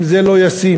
אם זה לא ישים,